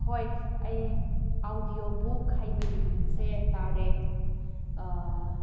ꯍꯣꯏ ꯑꯩ audio book ꯍꯥꯏꯕꯒꯤ ꯃꯤꯡ ꯁꯦ ꯇꯥꯔꯦ